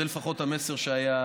זה לפחות המסר שהיה.